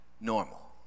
normal